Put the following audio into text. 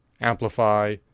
amplify